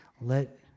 Let